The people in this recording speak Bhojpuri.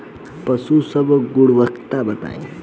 पशु सब के गुणवत्ता बताई?